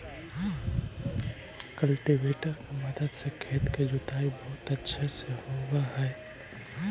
cultivator के मदद से खेत के जोताई बहुत अच्छा से होवऽ हई